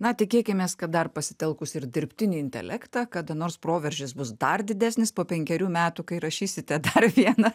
na tikėkimės kad dar pasitelkus ir dirbtinį intelektą kada nors proveržis bus dar didesnis po penkerių metų kai rašysite dar vieną